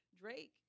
Drake